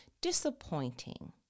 disappointing